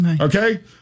Okay